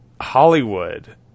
Hollywood